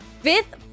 Fifth